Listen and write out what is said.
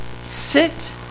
sit